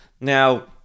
Now